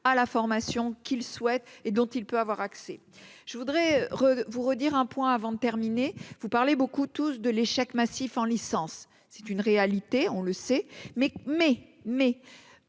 à la formation qu'ils souhaitent et dont il peut avoir accès, je voudrais vous redire un point avant de terminer vous parlez beaucoup, tous, de l'échec massif en licence, c'est une réalité, on le sait, mais